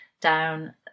down